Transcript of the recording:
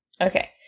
Okay